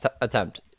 attempt